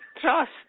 trust